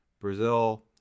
Brazil